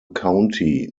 county